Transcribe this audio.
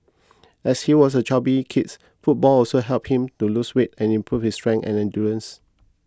as he was a chubby kids football also helped him to lose weight and improve his strength and endurance